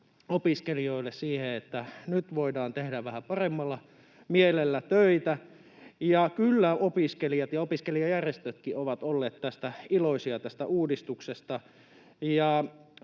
opiskelijoille siihen, että nyt voidaan tehdä vähän paremmalla mielellä töitä. Ja kyllä opiskelijat ja opiskelijajärjestötkin ovat olleet tästä uudistuksesta